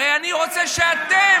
הרי אני רוצה שאתם,